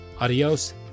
adios